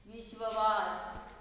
विश्ववास